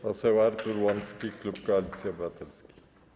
Poseł Artur Łącki, klub Koalicji Obywatelskiej.